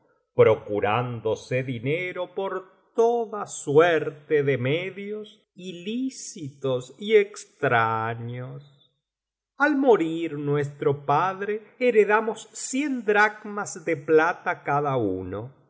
procurándose dinero por toda suerte de medios ilícitos y extraños al morir nuestro padre heredamos cien dracmas de plata cada uno